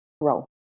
grow